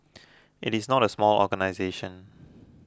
it is not a small organisation